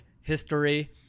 history